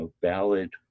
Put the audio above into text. valid